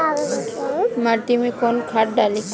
माटी में कोउन खाद डाली?